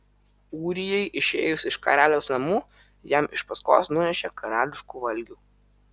ūrijai išėjus iš karaliaus namų jam iš paskos nunešė karališkų valgių